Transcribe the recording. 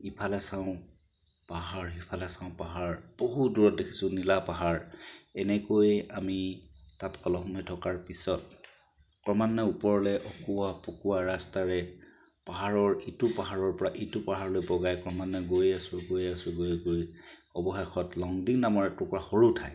ইফালে চাওঁ পাহাৰ সিফালে চাওঁ পাহাৰ বহু দূৰত দেখিছোঁ নীলা পাহাৰ এনেকৈ আমি তাত অলপ সময় থকাৰ পাছত ক্ৰমান্বয়ে ওপৰলৈ অকোৱা পকোৱা ৰাস্তাৰে পাহাৰৰ ইটো পাহাৰৰ পৰা সিটো পাহাৰলৈ বগাই ক্ৰমান্বয়ে গৈ আছোঁ গৈ আছোঁ গৈ গৈ অৱশেষত লংডিং নামৰ এটুকুৰা সৰু ঠাই